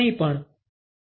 કંઈપણ Refer time 3416